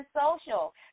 social